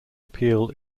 appeal